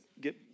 get